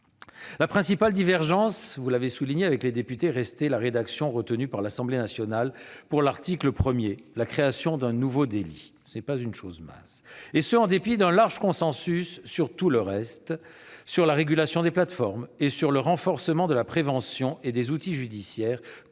la principale divergence avec les députés restait la rédaction retenue par l'Assemblée nationale pour l'article 1, la création d'un nouveau délit- ce n'est pas une mince affaire ...-, et ce en dépit d'un large consensus sur tout le reste, la régulation des plateformes comme le renforcement de la prévention et des outils judiciaires